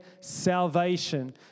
salvation